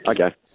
Okay